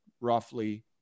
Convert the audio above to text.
roughly